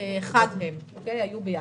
הם היו ביחד.